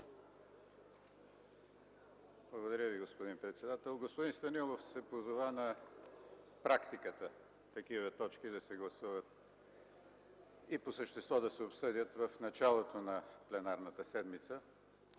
Благодаря Ви, господин председател. Господин Станилов се позова на практиката такива точки да се гласуват и по същество да се обсъдят в началото на пленарната седмица.